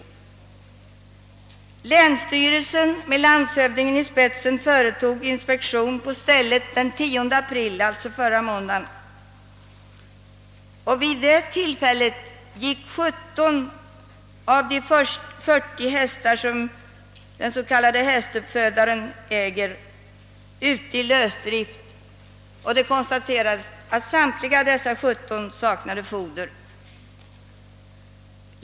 Länsstyrelsen med landshövdingen i spetsen företog inspektion på stället den 10 april, förra måndagen. Vid det tillfället gick 17 av de 40 hästar som den s.k. hästuppfödaren äger på lösdrift och det konstaterades att samtliga dessa 17 saknade foder.